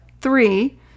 three